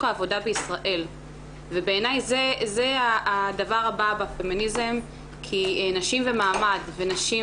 העבודה בישראל ובעיני זה הדבר הבא בפמיניזם כי נשים ומעמד ונשים